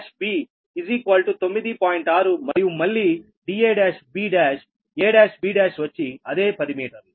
6 మరియు మళ్లీ da1b1a1b1 వచ్చి అదే పది మీటర్లు